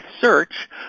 search